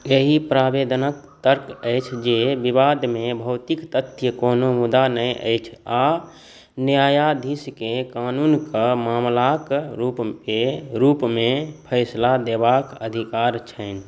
एहि प्रावेदनके तर्क अछि जे विवादमे भौतिक तथ्य कोनो मुद्दा नहि अछि आओर न्यायाधीशके कानूनके मामिलाके रूपके रूपमे फैसला देबाक अधिकार छनि